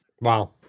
wow